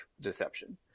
deception